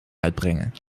uitbrengen